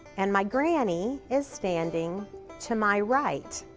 and my granny is standing to my right,